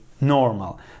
normal